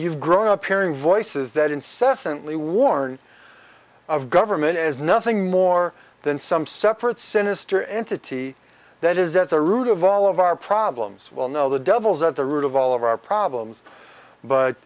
you've grown up hearing voices that incessantly warn of government is nothing more than some separate sinister entity that is that the root of all of our problems well now the devils at the root of all of our problems but